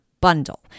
bundle